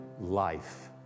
life